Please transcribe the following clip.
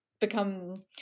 become